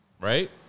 Right